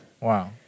Wow